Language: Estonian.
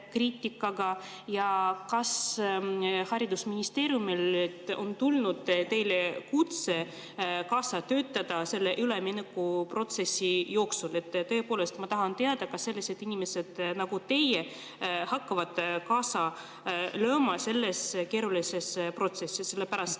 Ja kas haridusministeeriumilt on tulnud teile kutse kaasa töötada selles üleminekuprotsessis? Tõepoolest, ma tahan teada, kas sellised inimesed nagu teie hakkavad kaasa lööma selles keerulises protsessis, seepärast